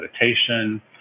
meditation